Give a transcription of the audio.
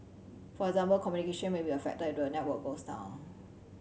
for example communication may be affected if the network goes down